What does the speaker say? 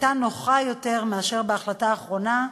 הייתה נוחה יותר מאשר בהחלטה האחרונה,